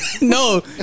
No